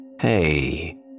Hey